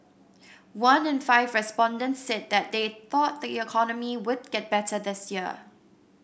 one in five respondents said that they thought the economy would get better this year